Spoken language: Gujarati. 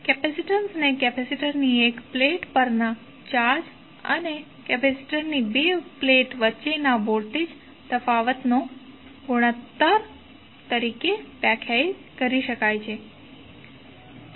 કેપેસિટન્સને કેપેસિટરની એક પ્લેટ પરના ચાર્જ અને કેપેસિટરની બે પ્લેટ વચ્ચેના વોલ્ટેજ તફાવત ના ગુણોત્તર તરીકે વ્યાખ્યાયિત કરી શકાય છે